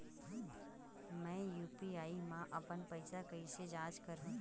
मैं यू.पी.आई मा अपन पइसा कइसे जांच करहु?